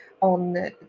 on